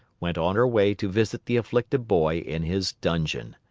went on her way to visit the afflicted boy in his dungeon.